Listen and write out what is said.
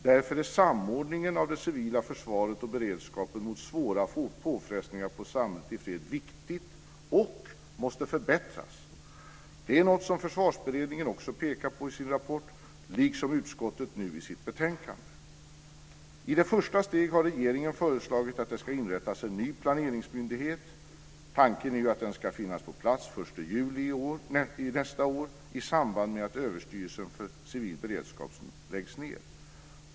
Därför är samordningen av det civila försvaret och beredskapen för svåra påfrestningar på samhället i fred viktiga och måste förbättras. Det är något som Försvarsberedningen också pekar på i sin rapport, liksom utskottet nu i sitt betänkande. I det första steget har regeringen föreslagit att det ska inrättas en ny planeringsmyndighet. Tanken är att den ska finnas på plats den 1 juli nästa år i samband med att Överstyrelsen för civil beredskap läggs ned.